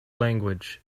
language